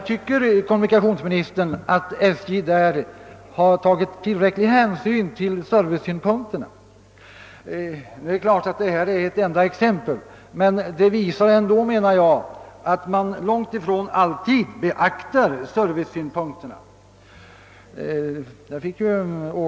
Tycker kommunikationsministern att SJ i detta fall tagit tillräcklig hänsyn till servicesynpunkterna? Detta är visserligen ett enda exempel, men det visar att man inte alltid beaktar servicesynpunkterna.